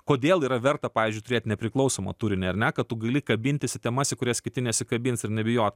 kodėl yra verta pavyzdžiui turėt nepriklausomą turinį ar ne kad gali kabintis į temas į kurias kiti nesikabins ir nebijot